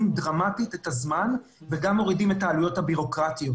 דרמטית את הזמן וגם מורידים את העלויות הבירוקרטיות.